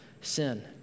sin